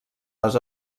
les